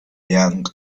young